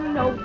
no